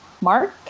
Mark